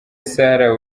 sarah